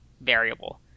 variable